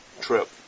trip